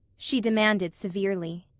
she demanded severely.